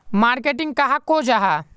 Marketing कहाक को जाहा?